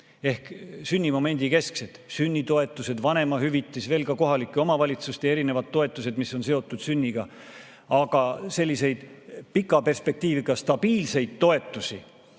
ehk sünnimomendikeskne – sünnitoetused, vanemahüvitis, veel ka kohalike omavalitsuste erinevad toetused, mis on seotud sünniga. Aga selliseid pika perspektiiviga stabiilseid toetusi